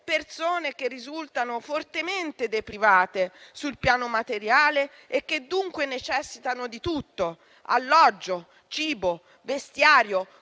persone che risultano fortemente deprivate sul piano materiale e che dunque necessitano di tutto, alloggio, cibo, vestiario,